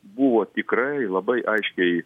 buvo tikrai labai aiškiai